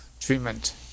treatment